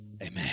amen